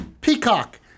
Peacock